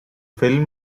film